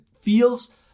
feels